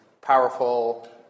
powerful